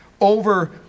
over